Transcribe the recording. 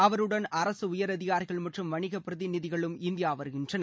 அவருடன் அரசு உயரதிகாரிகள் மற்றும் வணிக பிரதிநிதிகளும் இந்தியா வருகின்றனர்